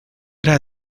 era